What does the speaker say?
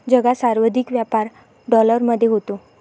जगात सर्वाधिक व्यापार डॉलरमध्ये होतो